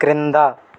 క్రింద